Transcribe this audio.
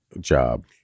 job